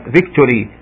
victory